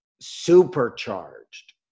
supercharged